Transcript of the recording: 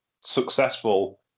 successful